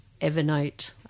Evernote